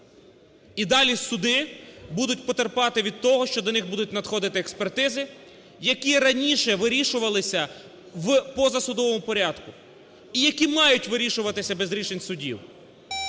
І далі суди будуть потерпати від того, що до них будуть надходити експертизи, які раніше вирішуватися в позасудовому порядку і які мають вирішуватися без рішень судів.